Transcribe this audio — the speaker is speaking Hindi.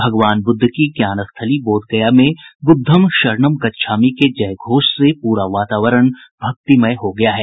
भगवान बुद्ध की ज्ञान स्थली बोधगया में बुद्धम् शरणम गच्छामि के जयघोष से पूरा वातावरण भक्तिमय हो गया है